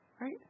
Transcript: Right